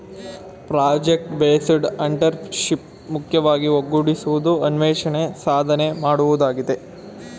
project based entrepreneurship ಮುಖ್ಯವಾಗಿ ಒಗ್ಗೂಡಿಸುವುದು, ಅನ್ವೇಷಣೆ, ಸಾಧನೆ ಮಾಡುವುದಾಗಿದೆ